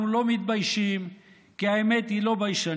אנחנו לא מתביישים, כי האמת היא לא ביישנית,